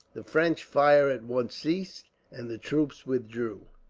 the french fire at once ceased, and the troops withdrew.